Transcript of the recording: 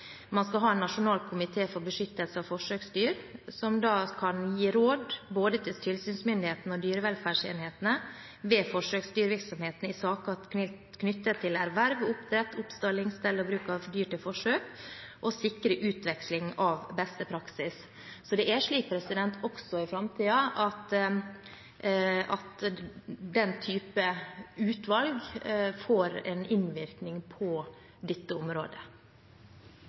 Man skal ha en nasjonal komité for beskyttelse av forsøksdyr, som kan gi råd til både tilsynsmyndighetene og dyrevelferdsenhetene ved forsøksdyrvirksomheten i saker knyttet til erverv, oppdrett, oppstalling, stell og bruk av dyr til forsøk og sikre utveksling av beste praksis. Så også i framtiden får denne typen utvalg en innvirkning på dette området.